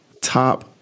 top